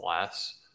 less